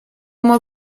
moi